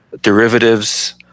derivatives